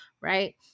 right